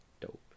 dope